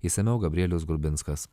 išsamiau gabrielius grubinskas